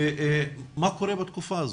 מה קורה בתקופה הזו?